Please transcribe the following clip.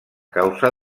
causa